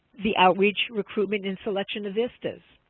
the outreach recruitment and selection of vistas,